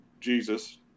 jesus